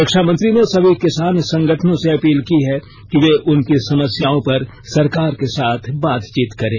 रक्षामंत्री ने सभी किसान संगठनों से अपील की कि वे उनकी समस्याओं पर सरकार के साथ बातचीत करें